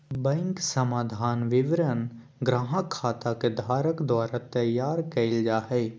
bank समाधान विवरण ग्राहक खाता के धारक द्वारा तैयार कइल जा हइ